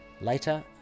Later